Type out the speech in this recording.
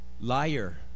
Liar